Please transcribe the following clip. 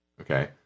Okay